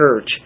church